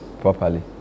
properly